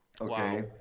Okay